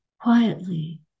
quietly